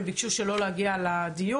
הם ביקשו שלא להגיע לדיון.